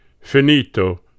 Finito